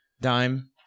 dime